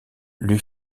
lui